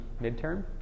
midterm